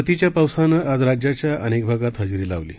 परतीच्या पावसानं आज राज्याच्या अनेक भागात हजेरी लावली